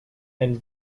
and